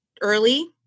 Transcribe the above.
early